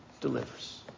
delivers